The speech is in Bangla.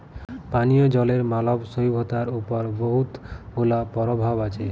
পানীয় জলের মালব সইভ্যতার উপর বহুত গুলা পরভাব আছে